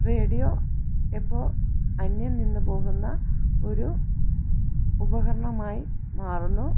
radio ഇപ്പോൾ അന്യം നിന്നുപോകുന്ന ഒരു ഉപകരണമായി മാറുന്നു